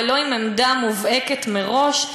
ולא עם עמדה מובהקת מראש.